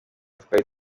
twari